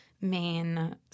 main